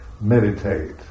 meditate